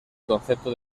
concepto